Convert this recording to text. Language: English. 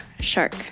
shark